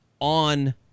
on